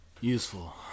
Useful